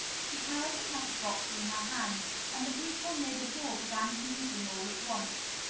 she carried the pepper-box in her hand and the people near the door began sneezing all at once.